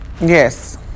yes